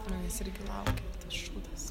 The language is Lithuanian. manęs irgi laukia tas šūdas